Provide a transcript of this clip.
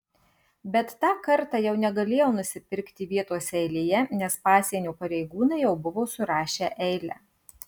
bet tą kartą jau negalėjau nusipirkti vietos eilėje nes pasienio pareigūnai jau buvo surašę eilę